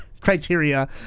criteria